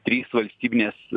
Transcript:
trys valstybinės